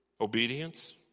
Obedience